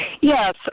Yes